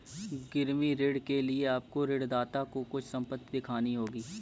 गिरवी ऋण के लिए आपको ऋणदाता को कुछ संपत्ति दिखानी होगी